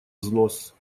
взнос